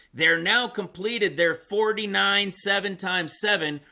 they're now completed they're forty nine seven times seven,